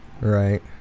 Right